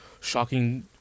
shocking